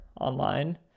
online